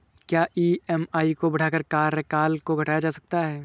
क्या ई.एम.आई को बढ़ाकर कार्यकाल को घटाया जा सकता है?